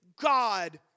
God